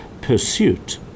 pursuit